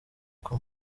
uko